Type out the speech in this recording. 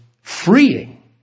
freeing